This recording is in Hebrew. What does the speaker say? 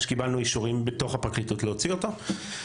אחרי שקיבלנו אישורים בתוך הפרקליטות להוציא אותו.